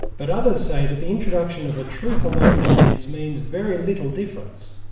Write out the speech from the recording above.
but others say that the introduction of a truth-alone defence means very little difference,